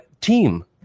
team